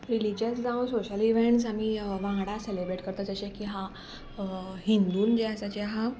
religious जावं social events आमी वांगडा सेलेब्रेट करता जशे की हा हिंदून जे आसा जें हांव